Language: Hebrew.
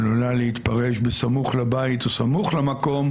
עלולה להתפרש בסמוך לבית או בסמוך למקום